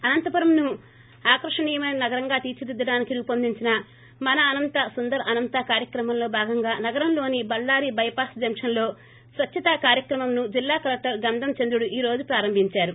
అనంతపురంను ఆకర్షణీయమైన నగరంగా తీర్చిదిద్దడానికి రూపొందించిన మన అనంత సుందర అనంత కార్యక్రమంలో భాగంగా నగరంలోని బళ్ళారి బై పాస్ జంక్షన్ లో స్వచ్చత కార్యక్రమంను జిల్లా కలెక్టర్ గంధం చంద్రుడు ఈ రోజు ప్రారంభిందారు